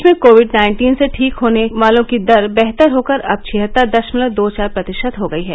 देश में COVID nineteen से ठीक होने वालों की दर बेहतर होकर अब छिहत्तर दशमलव दो चार प्रतिशत हो गई है